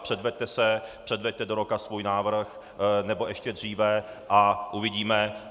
Předveďte se, předveďte do roka svůj návrh, nebo ještě dříve, a uvidíme.